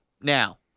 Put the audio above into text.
now